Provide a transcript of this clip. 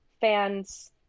fans